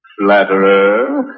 flatterer